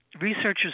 researchers